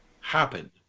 happen